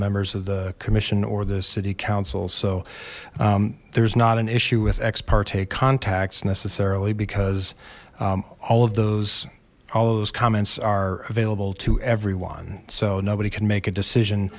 members of the commission or the city council so there's not an issue with ex parte contacts necessarily because all of those all those comments are available to everyone so nobody can make a